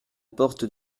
porte